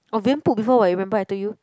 oh put before [what] remember I told you